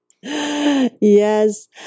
Yes